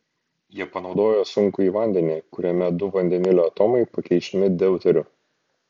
jie panaudojo sunkųjį vandenį kuriame du vandenilio atomai pakeičiami deuteriu